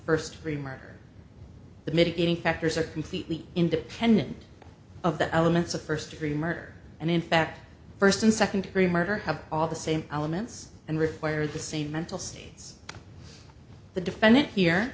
first degree murder the mitigating factors are completely independent of the elements of first degree murder and in fact the first and second degree murder have all the same elements and require the same mental states the defendant here